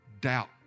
doubt